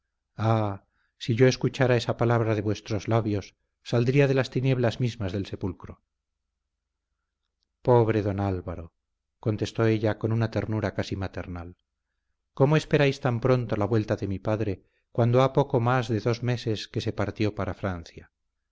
ah si yo escuchara esa palabra de vuestros labios saldría de las tinieblas mismas del sepulcro pobre don álvaro contestó ella con una ternura casi maternal cómo esperáis tan pronto la vuelta de mi padre cuando ha poco más de dos meses que se partió para francia